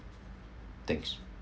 thanks